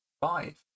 Five